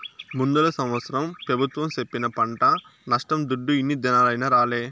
ముందల సంవత్సరం పెబుత్వం సెప్పిన పంట నష్టం దుడ్డు ఇన్ని దినాలైనా రాలే